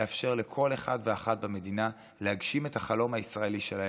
לאפשר לכל אחת ואחד במדינה להגשים את החלום הישראלי שלהם.